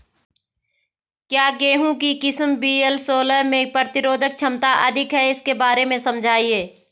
क्या गेहूँ की किस्म वी.एल सोलह में प्रतिरोधक क्षमता अधिक है इसके बारे में समझाइये?